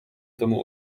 tomu